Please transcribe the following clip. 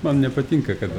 man nepatinka kad